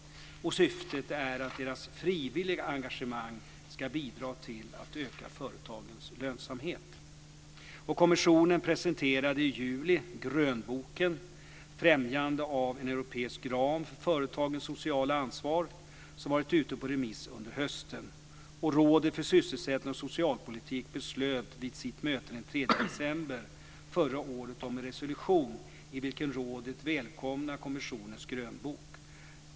Syftet är att deras frivilliga engagemang ska bidra till att öka företagets lönsamhet. Främjande av en europeisk ram för företagens sociala ansvar, som varit ute på remiss under hösten. Rådet för sysselsättning och socialpolitik beslöt vid sitt möte den 3 december förra året om en resolution i vilken rådet välkomnar kommissionens grönbok.